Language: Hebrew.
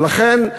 ולכן,